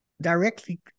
directly